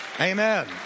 Amen